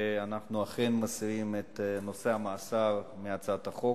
ואנחנו אכן מסירים את נושא המאסר מהצעת החוק.